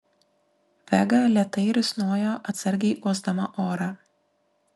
vega lėtai risnojo atsargiai uosdama orą